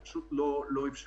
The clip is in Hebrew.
זה פשוט לא אפשרי.